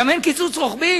גם אין קיצוץ רוחבי.